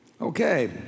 Okay